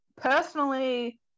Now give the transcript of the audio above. personally